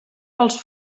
pels